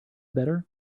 better